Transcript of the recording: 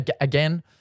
again